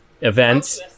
events